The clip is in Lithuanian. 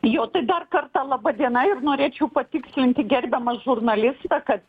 jo tai dar kartą laba diena ir norėčiau patikslinti gerbiamą žurnalistą kad